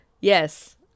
Yes